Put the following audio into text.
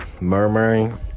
murmuring